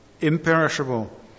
imperishable